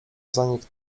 zanik